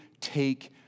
take